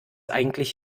eigentlich